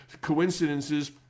coincidences